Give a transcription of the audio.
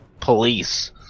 police